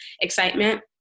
excitement